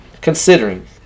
considering